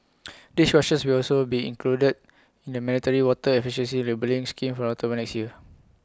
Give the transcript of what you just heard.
dishwashers will also be included in the mandatory water efficiency labelling scheme from October next year